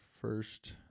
first